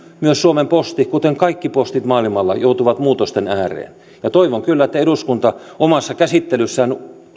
myös suomen posti kuten kaikki postit maailmalla joutuu muutosten ääreen ja toivon kyllä että eduskunta omassa käsittelyssään